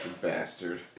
bastard